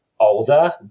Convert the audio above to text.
older